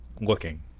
looking